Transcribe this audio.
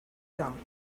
gum